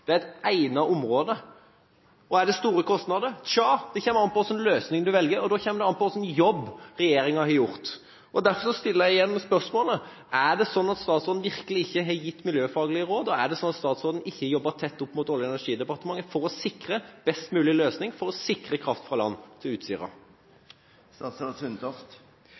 det er et egnet område. Og er det store kostnader? Tja, det kommer an på hvilken løsning du velger, og da kommer det an på hvilken jobb regjeringen har gjort. Derfor stiller jeg igjen spørsmålet: Er det slik at statsråden virkelig ikke har gitt miljøfaglige råd, og er det slik at statsråden ikke har jobbet tett opp mot Olje- og energidepartementet for å sikre en best mulig løsning, for å sikre kraft fra land til